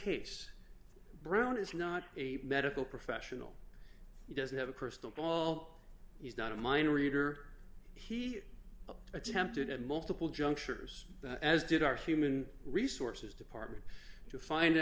case brown is not a medical professional he doesn't have a crystal ball he's not a mind reader he attempted at multiple junctures as did our human resources department to find